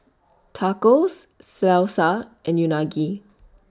Tacos Salsa and Unagi